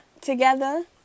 together